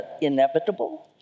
inevitable